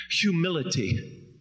humility